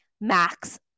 max